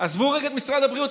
עזבו רגע את משרד הבריאות,